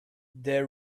they